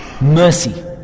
mercy